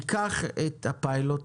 קח את הפיילוט,